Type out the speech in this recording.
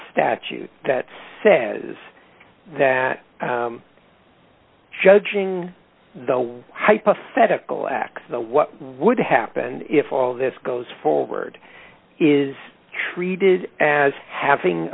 statute that says that judging the hypothetical x the what would happen if all this goes forward is treated as having